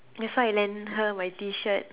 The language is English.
that's why I lent her my T-shirt